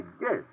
yes